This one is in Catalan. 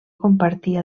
compartir